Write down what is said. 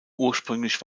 ursprünglich